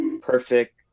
perfect